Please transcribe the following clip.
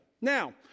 Now